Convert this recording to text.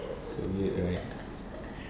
so weird right probably